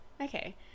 Okay